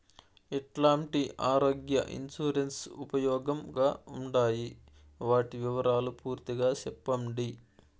ఎట్లాంటి ఆరోగ్య ఇన్సూరెన్సు ఉపయోగం గా ఉండాయి వాటి వివరాలు పూర్తిగా సెప్పండి?